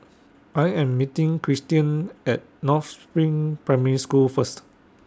I Am meeting Christian At North SPRING Primary School First